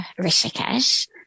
Rishikesh